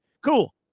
Cool